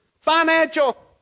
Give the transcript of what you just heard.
Financial